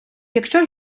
якщо